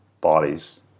bodies